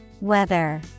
Weather